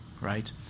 right